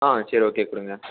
ஆ சரி ஓகே கொடுங்க